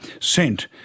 sent